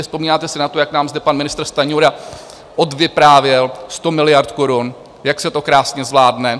Vzpomínáte si na to, jak nám zde pan ministr Stanjura odvyprávěl 100 miliard korun, jak se to krásně zvládne?